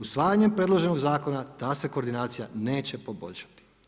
Usvajanjem predloženog zakona ta se koordinacija neće poboljšati.